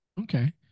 Okay